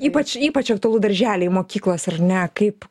ypač ypač aktualu darželiai mokyklos ar ne kaip